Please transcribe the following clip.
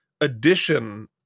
addition